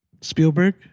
Spielberg